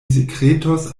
sekretos